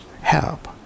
help